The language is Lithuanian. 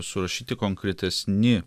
surašyti konkretesni